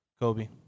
Kobe